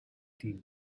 the